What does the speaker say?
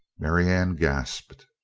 marianne gasped.